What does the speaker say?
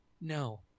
no